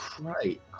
right